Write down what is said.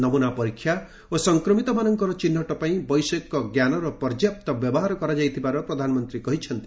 ନମୁନା ପରୀକ୍ଷା ଓ ସଂକ୍ରମିତମାନଙ୍କର ଚିହ୍ନଟ ପାଇଁ ବୈଷୟିକ ଜ୍ଞାନର ପର୍ଯ୍ୟାପ୍ତ ବ୍ୟବହାର କରାଯାଇଥିବାର ପ୍ରଧାନମନ୍ତ୍ରୀ କହିଛନ୍ତି